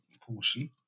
portion